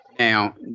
Now